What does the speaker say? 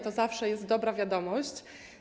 To zawsze jest dobra wiadomość.